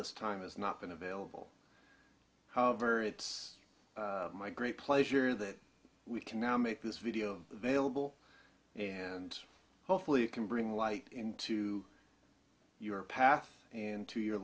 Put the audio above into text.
this time has not been available however it's my great pleasure that we can now make this video vailable and hopefully it can bring light into your path and to y